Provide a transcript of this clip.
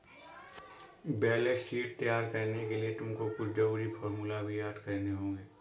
balance sheet तैयार करने के लिए तुमको कुछ जरूरी फॉर्मूले भी याद करने होंगे